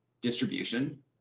distribution